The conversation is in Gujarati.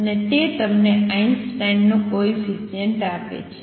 અને તે તમને આઈન્સ્ટાઈનનો કોએફિસિએંટ આપે છે